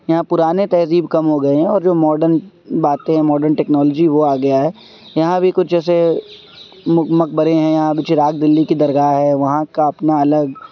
یہاں پرانے تہذیب کم ہو گئے ہیں اور جو ماڈرن باتیں ہیں ماڈرن ٹیکنالوجی وہ آ گیا ہے یہاں بھی کچھ جیسے مقبرے ہیں یہاں بھی چراغ دلی کی درگاہ ہے وہاں کا اپنا الگ